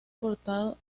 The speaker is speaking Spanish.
portadas